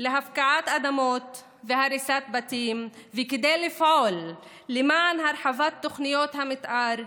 להפקעת אדמות והריסת בתים וכדי לפעול למען הרחבת תוכניות המתאר,